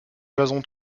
jason